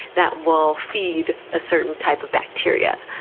that will feed a certain type of bacteria.